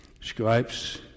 scribes